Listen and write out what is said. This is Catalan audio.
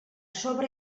sobre